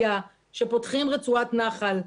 היה שפותחים רצועת נחל.